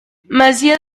masia